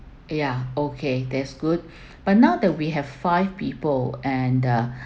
ya okay that's good but now that we have five people and the